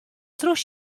troch